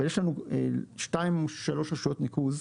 אבל יש לנו שתיים-שלוש רשויות ניקוז,